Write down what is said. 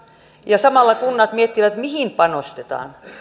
ja samalla kunnat miettivät mihin panostetaan